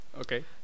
Okay